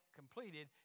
completed